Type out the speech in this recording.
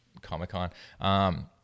Comic-Con